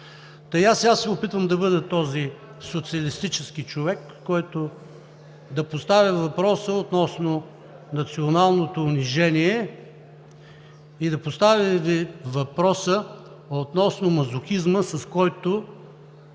Сега аз се опитвам да бъда този социалистически човек, който да постави въпроса относно националното унижение и въпроса относно мазохизма, с който